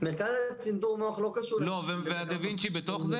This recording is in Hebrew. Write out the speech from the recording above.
מרכז צנתור מוח לא קשור --- והדה וינצ'י בתוך זה?